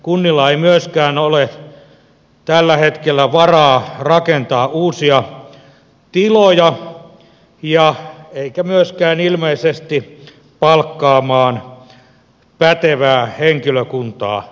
kunnilla ei myöskään ole tällä hetkellä varaa rakentaa uusia tiloja eikä myöskään ilmeisesti palkata pätevää henkilökuntaa